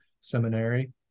seminary